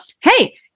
Hey